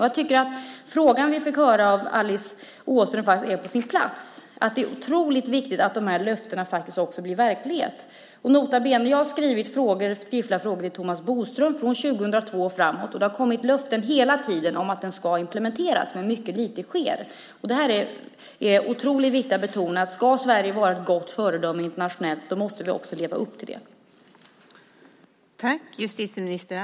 Jag tycker att Alice Åströms fråga är på sin plats. Det är otroligt viktigt att dessa löften faktiskt också blir verklighet. Nota bene: Jag har ställt skriftliga frågor till Thomas Bodström från 2002 och framåt. Hela tiden har det kommit löften om att stadgan ska implementeras, men mycket lite sker. Det är otroligt viktigt att betona att om Sverige ska vara ett gott föredöme internationellt måste vi också leva upp till detta.